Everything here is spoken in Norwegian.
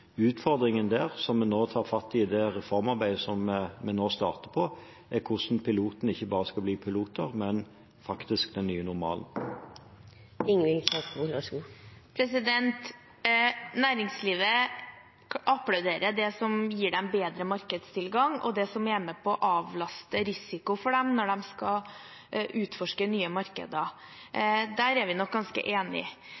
Utfordringen der, som vi nå tar fatt i, det reformarbeidet vi nå starter, er hvordan piloter ikke skal forbli bare piloter, men faktisk bli den nye normalen. Næringslivet applauderer det som gir dem bedre markedstilgang, og det som er med på å avlaste risiko for dem når de skal utforske nye markeder.